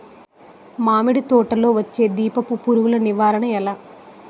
మామిడి తోటలో వచ్చే దీపపు పురుగుల నివారణ ఎలా?